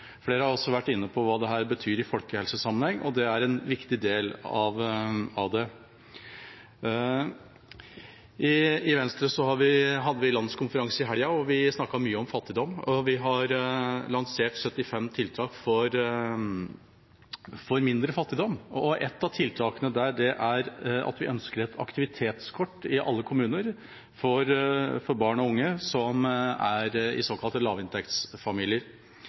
Flere har også vært inne på hva dette betyr i folkehelsesammenheng, og det er en viktig del av dette. I Venstre hadde vi landskonferanse i helga, og vi snakket mye om fattigdom. Vi har lansert 75 tiltak for mindre fattigdom, og et av tiltakene der er at vi ønsker et aktivitetskort i alle kommuner for barn og unge som er i såkalte lavinntektsfamilier.